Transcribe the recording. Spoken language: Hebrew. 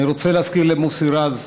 אני רוצה להזכיר למוסי רז,